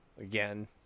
Again